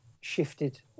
shifted